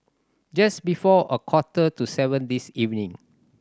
just before a quarter to seven this evening